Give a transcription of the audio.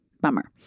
Bummer